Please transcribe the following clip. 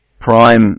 prime